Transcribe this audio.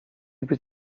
być